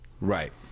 Right